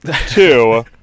two